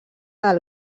del